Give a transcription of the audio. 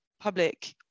public